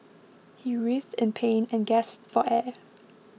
he writhed in pain and gasped for air